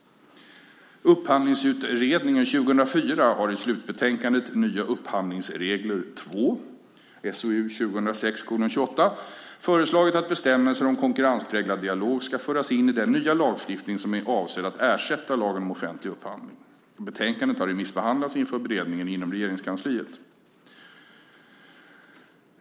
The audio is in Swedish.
Upphandlingsutredningen 2004 har i slutbetänkandet Nya upphandlingsregler 2 föreslagit att bestämmelser om konkurrenspräglad dialog ska föras in i den nya lagstiftning som är avsedd att ersätta LOU. Betänkandet har remissbehandlats inför beredningen inom Regeringskansliet.